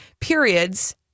periods